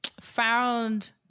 found